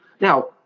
now